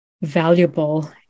valuable